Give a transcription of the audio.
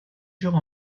jours